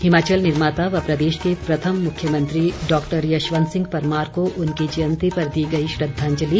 हिमाचल निर्माता व प्रदेश के प्रथम मुख्यमंत्री डॉक्टर यशवंत सिंह परमार को उनकी जयंती पर दी गई श्रद्धांजलि